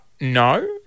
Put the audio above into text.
No